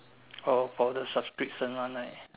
oh about the subscription one right